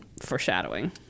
foreshadowing